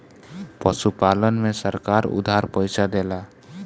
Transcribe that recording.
पशुपालन में सरकार उधार पइसा देला?